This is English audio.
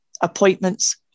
appointments